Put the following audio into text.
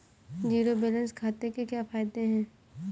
Zero balance खाते के क्या फायदे हैं?